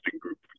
group